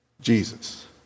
Jesus